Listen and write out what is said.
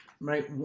Right